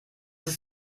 ist